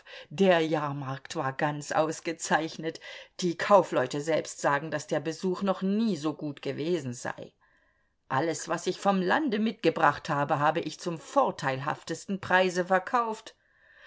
der jahrmarkt war ganz ausgezeichnet die kaufleute selbst sagen daß der besuch noch nie so gut gewesen sei alles was ich vom lande mitgebracht hatte habe ich zum vorteilhaftesten preise verkauft